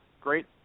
Great